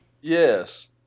Yes